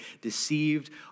deceived